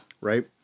Right